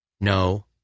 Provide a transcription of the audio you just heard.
No